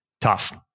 tough